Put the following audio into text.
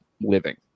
living